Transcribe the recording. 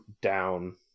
down